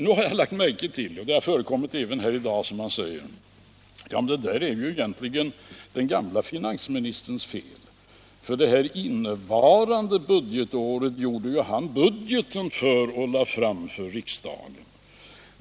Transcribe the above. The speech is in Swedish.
Nu har jag lagt märke till att man säger, och man har även gjort det här i dag, att det där är egentligen den gamle finansministerns fel —- för det innevarande budgetåret upprättade han budgeten och lade fram den för riksdagen.